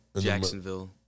Jacksonville